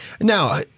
Now